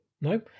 No